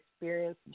experience